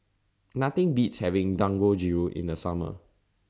Nothing Beats having Dangojiru in The Summer